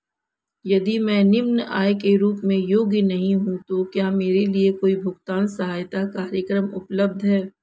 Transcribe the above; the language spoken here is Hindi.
यदि मैं निम्न आय के रूप में योग्य नहीं हूँ तो क्या मेरे लिए कोई भुगतान सहायता कार्यक्रम उपलब्ध है?